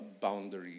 boundary